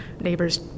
neighbors